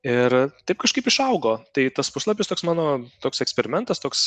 ir taip kažkaip išaugo tai tas puslapis toks mano toks eksperimentas toks